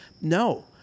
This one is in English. no